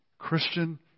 Christian